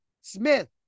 Smith